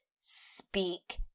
Speak